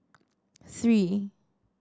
three